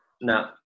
No